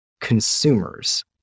consumers